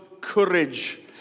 courage